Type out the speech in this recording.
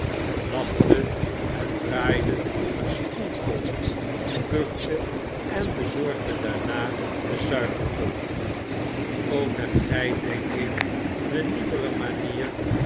lachte en draaide een spoelkom kuchte en bezorgde daarna de suikerpot ook hebt gy denk ik de nieuwere manier